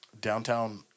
downtown